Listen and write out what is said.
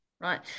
right